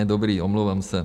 Ne, dobrý, omlouvám se.